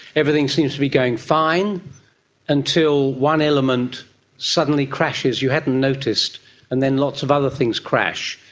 everything seems to be going fine until one element suddenly crashes, you hadn't noticed and then lots of other things crash.